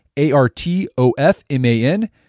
A-R-T-O-F-M-A-N